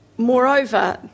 Moreover